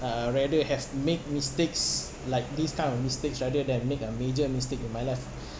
uh rather have made mistakes like this kind of mistakes rather than make a major mistake in my life